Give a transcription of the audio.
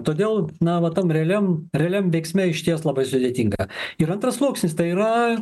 todėl na va tam realiam realiam veiksme išties labai sudėtinga ir antras sluoksnis tai yra